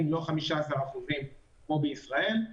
לא 15% כמו בישראל.